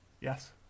yes